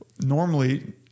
normally